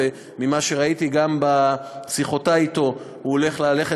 וממה שראיתי גם בשיחותי אתו הוא הולך ללכת